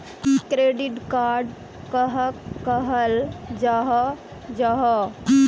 Credit card कहाक कहाल जाहा जाहा?